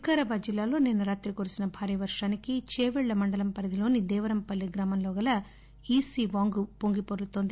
వికారాబాద్ జిల్లాలో నిన్స రాత్రి కురిసిన భారీ వర్షానికి చేవెళ్ల మండల పరిధిలోని దేవరంపల్లి గ్రామంలో గల ఈసీ వాగు పొంగిపొర్లుతోంది